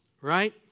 right